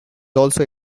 also